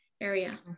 area